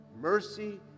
mercy